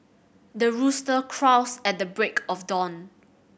the rooster crows at the break of dawn